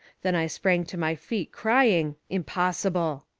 then i sprang to my feet crying impossible!